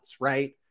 right